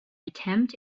attempt